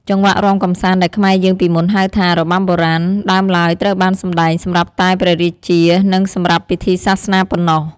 ចង្វាក់រាំកម្សាន្តដែលខ្មែរយើងពីមុនហៅថា របាំបុរាណ ដើមឡើយត្រូវបានសម្តែងសម្រាប់តែព្រះរាជា និងសម្រាប់ពិធីសាសនាប៉ុណ្ណោះ។